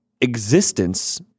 existence